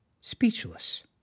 speechless